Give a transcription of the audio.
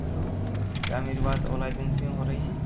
hello क्या मेरी बात ओला एजेंसी में हो रही है